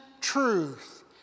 truth